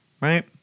right